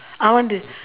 I want to